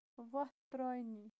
وۄتھ ترٛٲنی